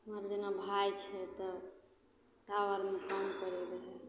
आब जेना भाइ छै तऽ टावरमे फोन करै रहै